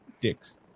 Dicks